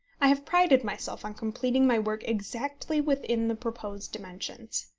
i have prided myself on completing my work exactly within the proposed dimensions.